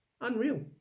Unreal